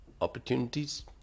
opportunities